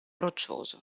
roccioso